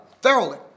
thoroughly